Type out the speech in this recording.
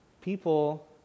people